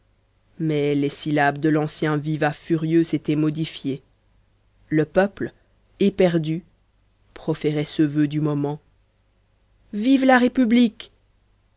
mais les syllabes de l'ancien vivat furieux s'étaient modifiées le peuple éperdu proférait ce vœu du moment vive la république